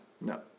No